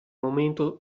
momento